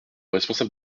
responsable